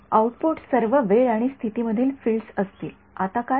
output सर्व वेळ आणि स्थिती मधली फील्ड्स असतील आता काय